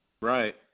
Right